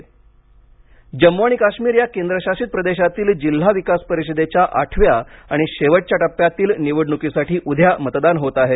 जम्म काश्मीर निवडणक जम्मू आणि काश्मीर या केंद्रशासित प्रदेशातील जिल्हा विकास परिषदेच्या आठव्या आणि शेवटच्या टप्प्यातील निवडणुकीसाठी उद्या मतदान होत आहे